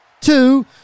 two